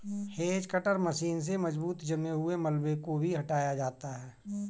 hedge cutter machine से मजबूत जमे हुए मलबे को भी हटाया जाता है